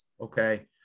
okay